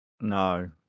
No